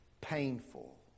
painful